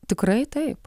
tikrai taip